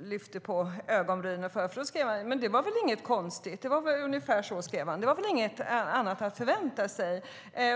lyfte på ögonbrynen för. Han skrev ungefär så här: Men det var väl inget konstigt - det var väl inget annat att förvänta sig.